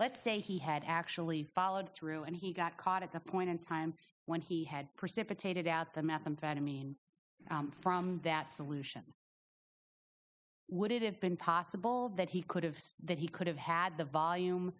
let's say he had actually followed through and he got caught at the point in time when he had precipitated out the map and bad i mean from that solution would it have been possible that he could have said that he could have had the volume